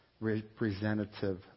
representative